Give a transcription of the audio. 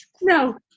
No